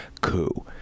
coup